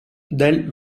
del